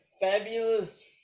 Fabulous